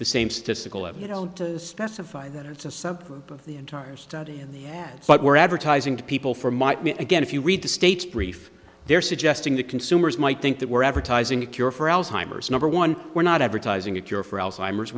the same statistical of you know to specify that it's a subgroup of the entire study in the ads but we're advertising to people for might mean again if you read the state's brief they're suggesting that consumers might think that we're advertising a cure for alzheimer's number one we're not advertising a cure for alzheimer's